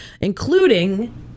including